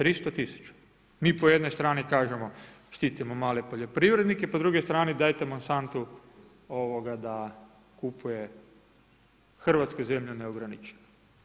300 000. mi po jednoj strani kažemo štitimo male poljoprivrednike, pa s druge strane dajete Monsantu da kupuje hrvatsku zemlju neograničeno.